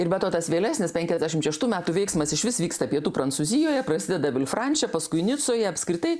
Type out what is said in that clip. ir be to tas vėlesnis penkiasdešim šeštų metų veiksmas išvis vyksta pietų prancūzijoje prasideda vilfranše paskui nicoje apskritai